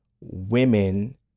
women